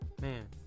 Man